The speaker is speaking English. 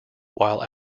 while